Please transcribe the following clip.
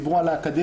דיברו על האקדמיה,